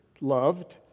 loved